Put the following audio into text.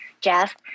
Jeff